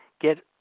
get